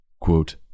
Quote